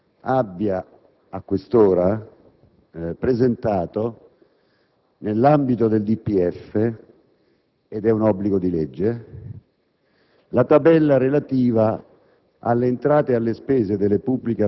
non risulta che il Governo abbia presentato nell'ambito del DPEF - ed è un obbligo di legge